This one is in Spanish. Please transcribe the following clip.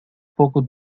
poco